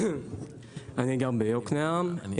אני גר ביוקנעם.